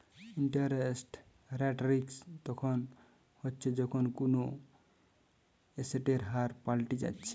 interest rate risk তখন হচ্ছে যখন কুনো এসেটের হার পাল্টি যাচ্ছে